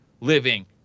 living